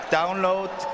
Download